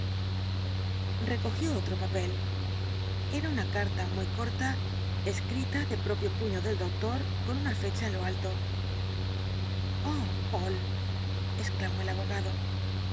recogió otro papel era una carta muy corta escrita de propio puño del doctor con el dr jekyll una fecha en lo alto oh poole exclamó el abogado